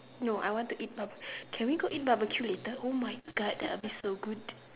no I want to eat can we go eat barbecue later oh my God that will be so good